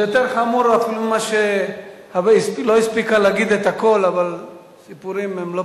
יש להם הכול היום, אייפון וזה.